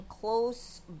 close